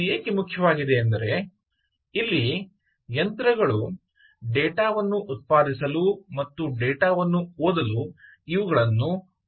ಇದು ಏಕೆ ಮುಖ್ಯವಾಗಿದೆ ಎಂದರೆ ಇಲ್ಲಿ ಯಂತ್ರಗಳು ಡೇಟಾ ವನ್ನು ಉತ್ಪಾದಿಸಲು ಮತ್ತು ಡೇಟಾ ವನ್ನು ಓದಲು ಇವುಗಳನ್ನು ಉಪಯೋಗಿಸುತ್ತವೆ